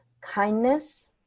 kindness